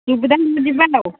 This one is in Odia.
ସୁବିଧା ଯିବା ଆଉ